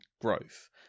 growth